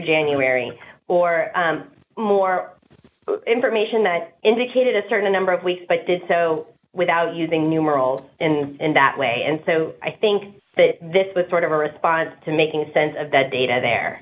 january or more information that indicated a certain number of weeks but did so without using numerals in that way and so i think that this was sort of a response to making sense of that data there